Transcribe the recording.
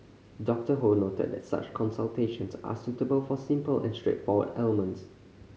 Doctor Ho noted that such consultations are suitable for simple and straightforward ailments